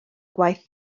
gwaith